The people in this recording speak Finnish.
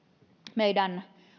meidän